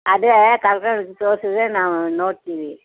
ಅದೆ ಕರ್ಕಂಡೋಗಿ ತೋರಿಸಿದ್ರೆ ನಾವು ನೋಡ್ತೀವಿ